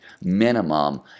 minimum